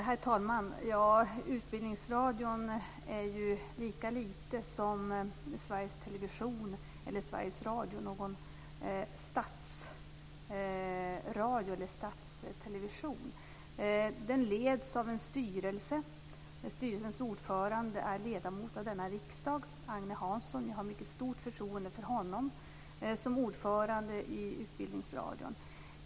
Herr talman! Utbildningsradion är lika litet som Sveriges Television eller Sveriges Radio någon statsradio eller statstelevision. Den leds av en styrelse. Agne Hansson. Jag har ett mycket stort förtroende för honom som ordförande i Utbildningsradion.